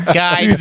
guys